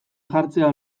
jartzea